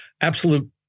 absolute